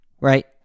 Right